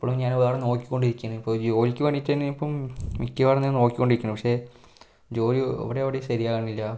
ഇപ്പോഴും ഞാൻ വേറെ നോക്കികൊണ്ടിരിക്കുകയാണ് ഇപ്പോൾ ജോലിക്കു വേണ്ടീട്ടു തന്നെയും ഇപ്പം മിക്കവാറും ഞാൻ നോക്കികൊണ്ടിരിക്കുകയാണ് പക്ഷേ ജോലി ഇവിടെ എവിടെയും ശരിയാവുന്നില്ല